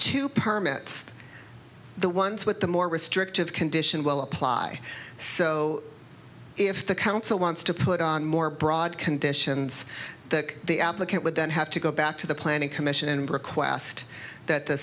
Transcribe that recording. permit the ones with the more restrictive condition will apply so if the council wants to put on more broad conditions that the applicant would then have to go back to the planning commission and request that the